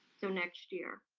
so next year.